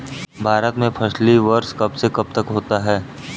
भारत में फसली वर्ष कब से कब तक होता है?